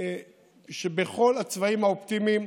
בכל הצבעים האופטימיים,